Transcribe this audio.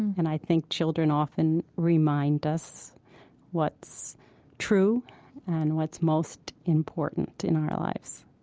and i think children often remind us what's true and what's most important in our lives